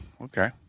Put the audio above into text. okay